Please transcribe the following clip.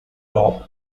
rope